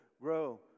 grow